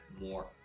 more